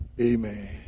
Amen